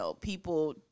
people